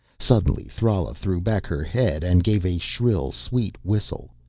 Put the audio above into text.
suddenly thrala threw back her head and gave a shrill, sweet whistle.